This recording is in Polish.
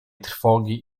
trwogi